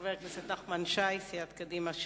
חבר הכנסת נחמן שי מסיעת קדימה.